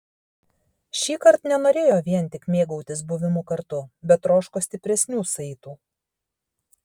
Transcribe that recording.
šįkart nenorėjo vien tik mėgautis buvimu kartu bet troško stipresnių saitų